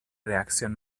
reacción